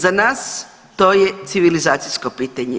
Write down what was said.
Za nas to je civilizacijsko pitanje.